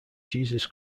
jesus